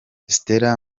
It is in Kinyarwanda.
stella